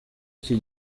iki